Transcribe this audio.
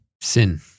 Sin